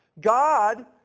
God